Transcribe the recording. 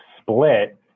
split